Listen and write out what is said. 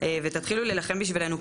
ותתחילו להילחם בשבילנו,